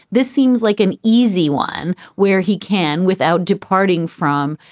this seems like an easy one where he can without departing from,